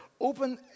Open